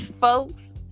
folks